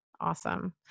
Awesome